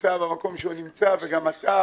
נמצא במקום שהוא נמצא, גם אתה,